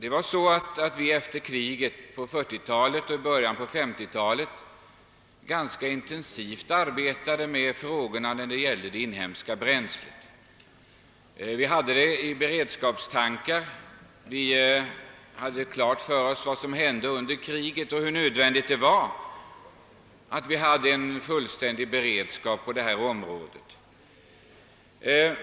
Efter kriget på 1940-talet och i början av 1950-talet arbetade vi i beredskapssyfte ganska intensivt med frågor som gällde det inhemska bränslet. Med hänsyn till förhållandena under kriget insåg vi hur nödvändigt det var att ha en beredskap på detta område.